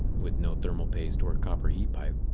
with no thermal paste or copper heat pipe.